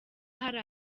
hari